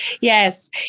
Yes